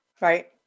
Right